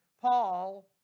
Paul